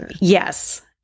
Yes